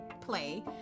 play